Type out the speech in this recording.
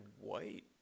white